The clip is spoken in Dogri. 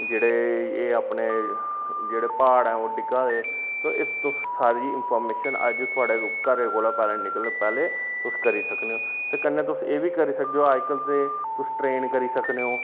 जेह्ड़े एह् अपने जेह्ड़े प्हाड़ ऐ ओह् डिग्गै दे ऐ तुस सारी इंफारमेशन अज्ज थुआढ़े घर सारें कोला पैह्ले निकलने कोला पैह्ले तुस करी सकने ओ कन्नै तुस एह् बी करी सकदे ओ अज्जकल तुस ट्रेन करी सकने ओ